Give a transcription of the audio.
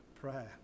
prayer